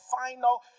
final